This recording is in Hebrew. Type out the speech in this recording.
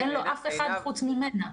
אין לו אף אחד חוץ ממנה.